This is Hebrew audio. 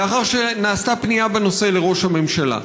לאחר שנעשתה פנייה בנושא לראש הממשלה.